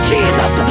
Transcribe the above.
Jesus